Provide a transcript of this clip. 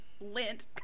lint